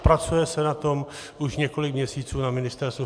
Pracuje se na tom už několik měsíců na Ministerstvu financí.